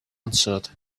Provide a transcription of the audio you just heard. unsought